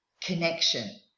connection